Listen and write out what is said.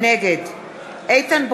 נגד איתן ברושי,